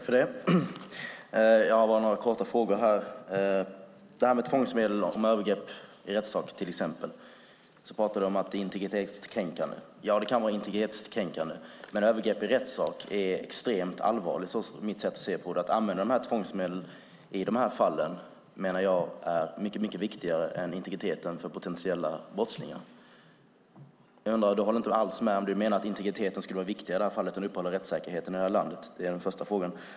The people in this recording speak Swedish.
Fru talman! Jag har några korta frågor, bland annat om tvångsmedel och övergrepp i rättssak. Roger Haddad talade om att det var integritetskränkande. Ja, det kan vara integritetskränkande, men övergrepp i rättssak är extremt allvarligt enligt mitt sätt att se. Att använda tvångsmedel i dessa fall menar jag är mycket viktigare än integriteten för potentiella brottslingar. Menar du, Roger Haddad, att integriteten skulle vara viktigare i det här fallet än att upprätthålla rättssäkerheten i landet? Det är den första frågan.